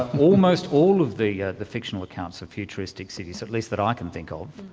almost all of the yeah the fictional accounts of futuristic cities, at least that i can think of,